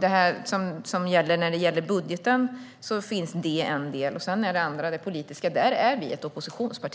är en del och det politiska en annan, och där är vi ett oppositionsparti.